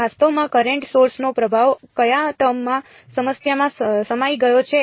વાસ્તવમાં current source નો પ્રભાવ કયા ટર્મ માં સમસ્યામાં સમાઈ ગયો છે